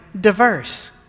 diverse